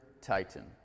titan